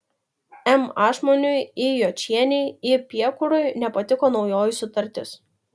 m ašmonui i jočienei i piekurui nepatiko naujoji sutartis